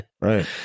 right